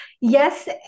yes